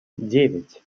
девять